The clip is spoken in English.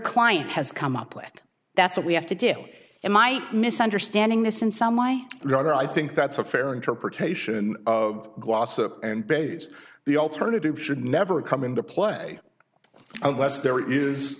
client has come up with that's what we have to do in my mis understanding this in some way i rather i think that's a fair interpretation of glossop and pays the alternative should never come into play unless there is